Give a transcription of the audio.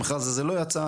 זה לא יצא,